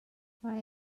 mae